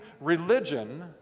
religion